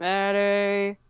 Maddie